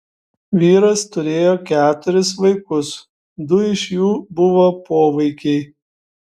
vyras turėjo keturis vaikus du iš jų buvo povaikiai